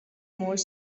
more